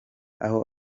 aho